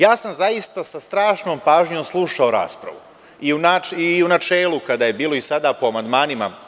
Ja sam zaista sa strašnom pažnjom slušao raspravu i u načelu kada je bilo i sada po amandmanima.